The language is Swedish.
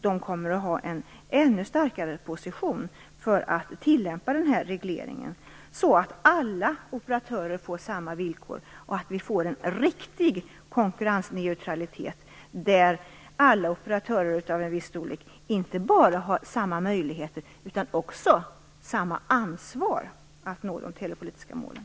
Den kommer att få en ännu starkare position för att tillämpa den här regleringen så att alla operatörer får samma villkor och så att vi får en riktig konkurrensneutralitet där alla operatörer av en viss storlek inte bara har samma möjligheter utan också samma ansvar att nå de telepolitiska målen.